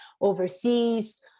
overseas